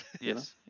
Yes